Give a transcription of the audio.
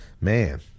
Man